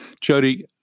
Jody